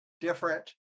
different